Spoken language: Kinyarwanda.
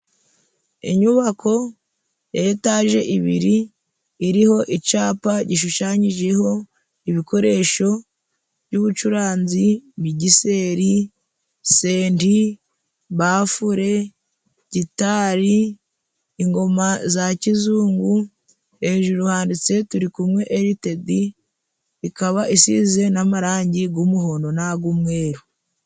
Inyubako ya Etaje ibiri iriho icapa gishushanyijeho ibikoresho by'ubucuranzi Migiseri, Senti, Bafure, Gitari, ingoma za kizungu, hejuru handitse turikumwe elitedi, ikaba isize n'amarangi g'umuhondo naga umweru.